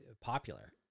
popular